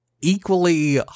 equally